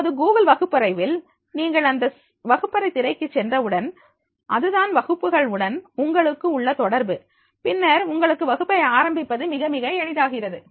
இப்போது கூகுள் வகுப்பறையில் நீங்கள் அந்த வகுப்பறை திரைக்கு சென்றவுடன் அதுதான் வகுப்புகள் உடன் உங்களுக்கு உள்ள தொடர்பு பின்னர் உங்களுக்கு வகுப்பை ஆரம்பிப்பது மிக மிக எளிதாகிறது